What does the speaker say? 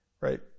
Right